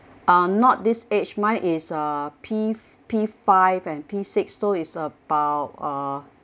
uh not this age mine is a P P five and p six so it's about uh